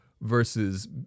versus